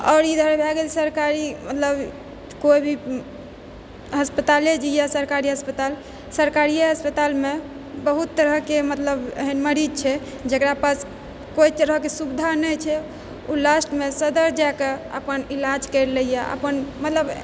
आओर इधर भए गेल सरकारी मतलब कोई भी अस्पताले जे इएह सरकारी अस्पताल सरकारिये अस्पतालमे बहुत तरहके मतलब एहन मरीज छै जकरा पास कोई तरहके सुविधा नहि छै ओ लास्टमे सदर जाकऽ अपन इलाज करि लेइए अपन मतलब